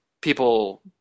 people